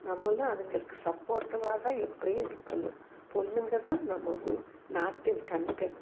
நம்மளும் அதுங்களுக்கு சப்போர்ட்டிவ்வாக தான் எப்பையும் இருக்கணும் பொண்ணுங்க தான் நம்ம வு நாட்டின் கண்கள்